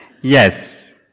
Yes